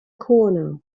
corner